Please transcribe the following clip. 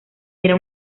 era